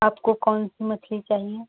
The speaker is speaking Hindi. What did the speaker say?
आपको कौन सी मछली चाहिए